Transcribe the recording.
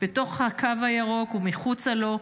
בתוך הקו הירוק ומחוצה לו,